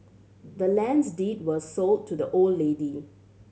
the land's deed was sold to the old lady